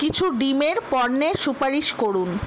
কিছু ডিমের পণ্যের সুপারিশ করুন